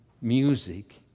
music